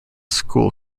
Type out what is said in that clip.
school